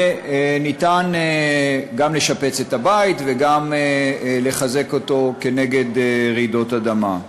וניתן גם לשפץ את הבית וגם לחזק אותו כנגד רעידות אדמה.